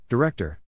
Director